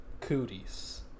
Cooties